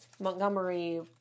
Montgomery